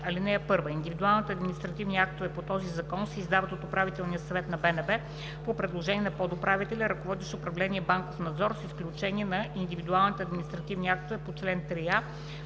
„(1) Индивидуалните административни актове по този закон се издават от Управителния съвет на БНБ по предложение на подуправителя, ръководещ управление „Банков надзор“, с изключение на индивидуалните административни актове по чл. 3а,